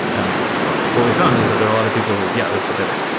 and what we found is that there are a lot of people who yeah, that's what they want.